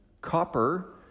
copper